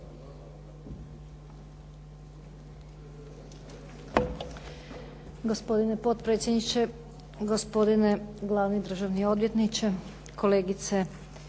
Hvala.